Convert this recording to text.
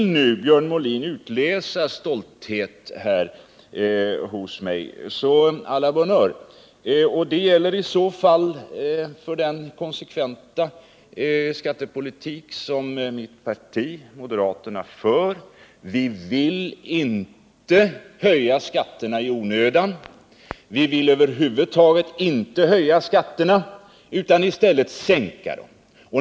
Vill Björn Molin utläsa stolthet hos mig —så å la bonheur. Det gäller i så fall för den konsekventa skattepolitik som mitt parti, moderata samlingspartiet, för. Vi vill inte höja skatterna i onödan. Vi vill över huvud taget inte höja skatterna utan i stället sänka dem.